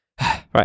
right